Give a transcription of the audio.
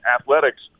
athletics